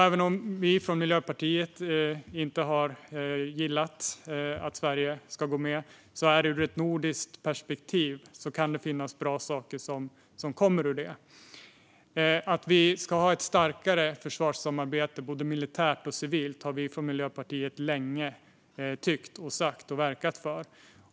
Även om vi från Miljöpartiet inte har gillat att Sverige ska gå med kan det ur ett nordiskt perspektiv komma bra saker ur det. Att vi ska ha ett starkare försvarssamarbete både militärt och civilt har vi från Miljöpartiet länge tyckt, sagt och verkat för.